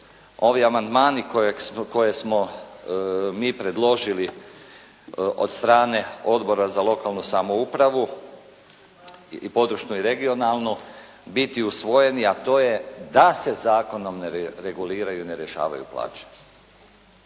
ovi amandmani koje smo mi predložili od strane Odbora za lokalnu samoupravu područnu i regionalnu biti i usvojeni a to je da se zakonom ne reguliraju i ne rješavaju plaće.